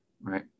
right